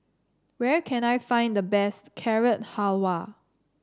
where can I find the best Carrot Halwa